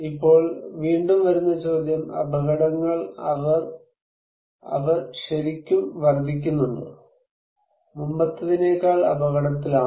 ഇപ്പോൾ വീണ്ടും വരുന്ന ചോദ്യം അപകടങ്ങൾ അവൾ ശരിക്കും വർദ്ധിക്കുന്നുണ്ടോ മുമ്പത്തേതിനേക്കാൾ അപകടത്തിലാണോ